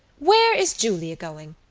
where is julia going?